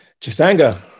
Chisanga